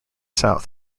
south